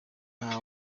nta